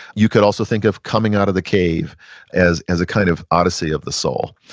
you could also think of coming out of the cave as as a kind of odyssey of the soul.